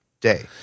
day